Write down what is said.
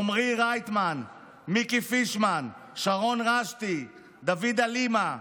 עומרי רייטמן, מיקי פישמן, שרון רשתי, דוד אלימה,